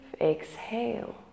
exhale